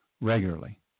regularly